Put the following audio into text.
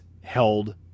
held